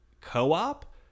co-op